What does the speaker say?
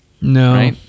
no